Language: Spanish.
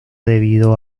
debido